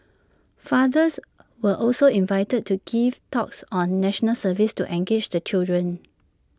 fathers were also invited to give talks on National Service to engage the children